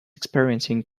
experiencing